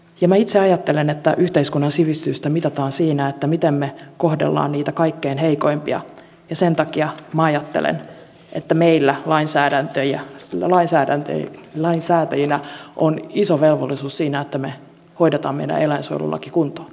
ja minä itse ajattelen että yhteiskunnan sivistystä mitataan siinä miten me kohtelemme niitä kaikkein heikoimpia ja sen takia minä ajattelen että meillä lainsäätäjinä on iso velvollisuus siinä että me hoidamme meidän eläinsuojelulakimme kuntoon